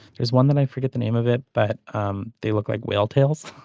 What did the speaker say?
there's one that i forget the name of it but um they look like whale tails